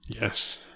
yes